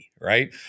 right